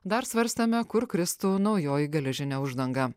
dar svarstome kur kristų naujoji geležinė uždanga